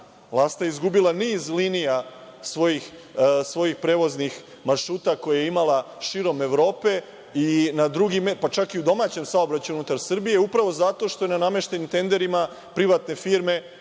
„Lasta“ je izgubila niz linija svojih prevoznih maršruta koje je imala širom Evrope, pa čak i u domaćem saobraćaju unutar Srbije, upravo zato što su na nameštenim tenderima privatne firme,